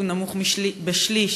הוא שליש